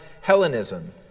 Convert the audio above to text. Hellenism